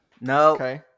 No